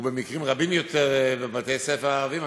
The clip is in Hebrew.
ובמקרים רבים יותר בבתי-ספר ערביים.